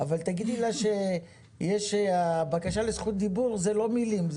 אבל תגידי לה שהבקשה לזכות דיבור זה לא מילים,